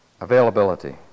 Availability